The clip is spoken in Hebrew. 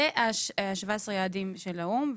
זה 17 היעדים של האו"ם.